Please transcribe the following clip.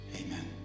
amen